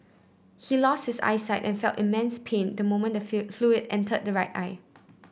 he lost his eyesight and felt immense pain the moment the fluid entered his right eye